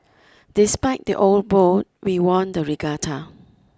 despite the old boat we won the regatta